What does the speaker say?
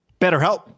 BetterHelp